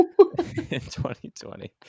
2020